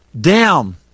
down